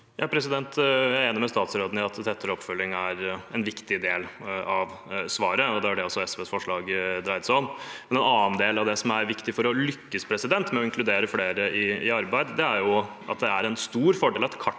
Jeg er enig med statsråden i at tettere oppfølging er en viktig del av svaret. Det er det også SVs forslag dreier seg om. En annen del av det som er viktig for å lykkes med å inkludere flere i arbeid, er at det er en stor fordel